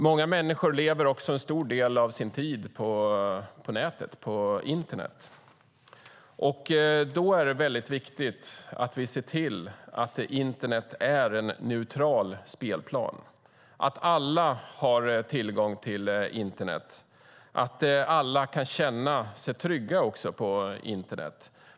Många människor spenderar en stor del av sin tid ute på internet, och då är det väldigt viktigt att vi ser till att internet är en neutral spelplan, att alla har tillgång till internet och att alla kan känna sig trygga på internet.